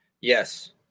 yes